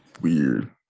weird